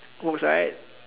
works right